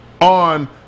on